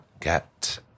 get